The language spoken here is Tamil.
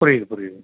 புரியுது புரியுது